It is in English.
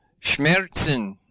Schmerzen